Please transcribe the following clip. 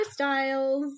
Hairstyles